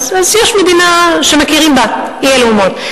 אז יש מדינה שמכירות בה אי-אלו אומות.